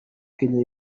kenya